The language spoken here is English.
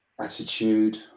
Attitude